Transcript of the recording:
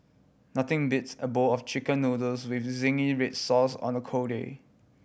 nothing beats a bowl of Chicken Noodles with zingy red sauce on a cold day